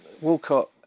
Walcott